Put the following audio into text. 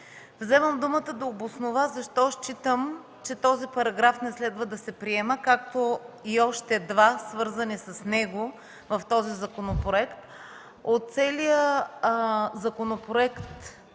Вземам думата да обоснова защо считам, че този параграф не следва да се приема, както и още два, свързани с него в този законопроект.